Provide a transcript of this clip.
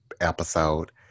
episode